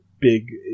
big